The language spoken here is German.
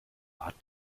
hat